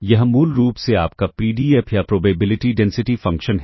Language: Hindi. यह मूल रूप से आपका पीडीएफ या प्रोबेबिलिटी डेंसिटी फ़ंक्शन है